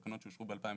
תקנות שאושרו ב-2019.